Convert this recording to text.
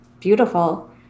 beautiful